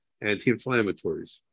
anti-inflammatories